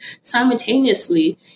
simultaneously